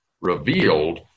revealed